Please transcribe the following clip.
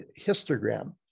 Histogram